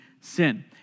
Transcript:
sin